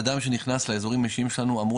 אדם שנכנס לאזורים האישיים שלנו אמור